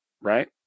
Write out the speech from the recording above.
Right